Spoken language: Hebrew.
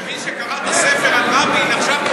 אני מבין שקראת ספר על רבין.